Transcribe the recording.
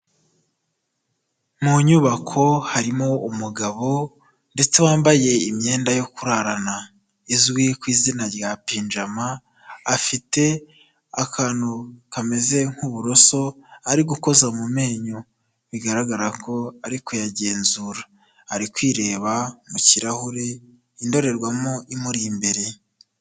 Mu nyubako harimo umugabo ndetse wambaye imyenda yo kurarana izwi ku izina rya pinjama, afite akantu kameze nk'uburoso ari gukoza mu menyo bigaragara ko ariko ari kuyagenzura, ari kwireba mu kirahure indorerwamo imuri imbere.